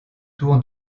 tour